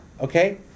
okay